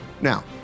Now